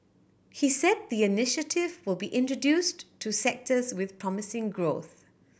he said the initiative will be introduced to sectors with promising growth